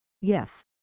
Yes